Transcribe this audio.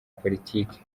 politiki